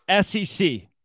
SEC